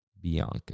Bianca